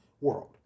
world